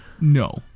No